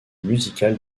musical